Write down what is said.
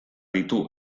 ditu